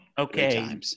Okay